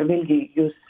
vėlgi jūs